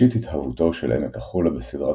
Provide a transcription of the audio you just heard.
ראשית התהוותו של עמק החולה בסדרת